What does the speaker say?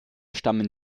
stammen